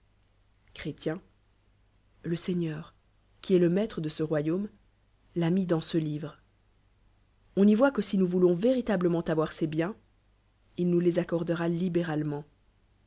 le seigneur qui est le maitre de ce royaume l'a mis dans l a ce livre on y voit que si nous voulons véritablement avoir ces biens il nous les accordera libéralement